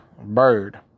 bird